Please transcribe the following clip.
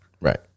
Right